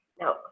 No